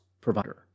provider